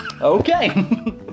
okay